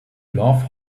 love